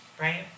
right